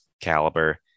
caliber